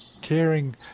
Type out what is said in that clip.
caring